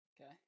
Okay